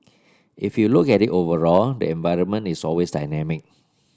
if you look at it overall the environment is always dynamic